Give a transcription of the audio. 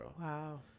Wow